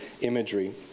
imagery